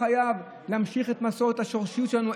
חייו להמשיך את מסורת השורשיות שלנו,